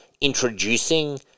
introducing